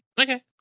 Okay